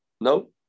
no